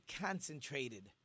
concentrated